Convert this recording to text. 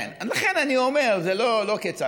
כן, אז לכן אני אומר, זה לא כצעקתה.